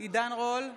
עידן רול,